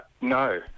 No